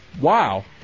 Wow